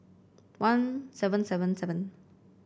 one seven seven seven